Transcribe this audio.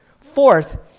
Fourth